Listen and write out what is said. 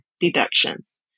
deductions